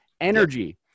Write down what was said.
energy